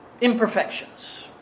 imperfections